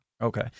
Okay